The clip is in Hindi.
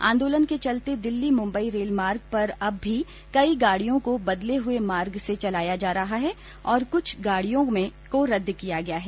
आदोलन के चलते दिल्ली मुंबई रेल मार्ग पर अब भी कई गाड़ियों को बदले हुए मार्ग से चलाया जा रहा है और कुछ गाड़ियों को रद्द किया गया है